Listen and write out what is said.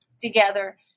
together